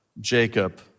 Jacob